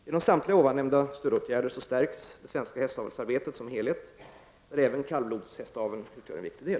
Genom samtliga ovan nämnda stödåtgärder stärks det svenska hästavelsarbetet som helhet, där även kallblodshästaveln utgör en viktig del.